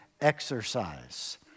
exercise